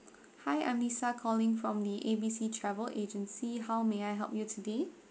hi I'm lisa calling from the A B C travel agency how may I help you today